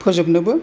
फोजोबनोबो